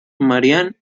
marianne